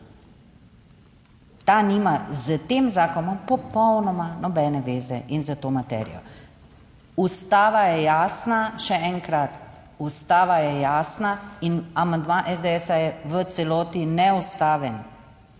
ta nima s tem zakonom popolnoma nobene veze in s to materijo. Ustava je jasna, še enkrat, Ustava je jasna in amandma SDS-a je v celoti neustaven,